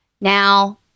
Now